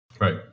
Right